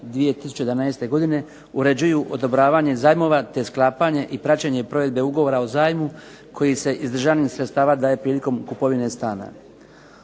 uređuju odobravanje zajmova, te sklapanje i praćenje provedbe ugovora o zajmu koji se iz državnih sredstava daje prilikom kupovine stana.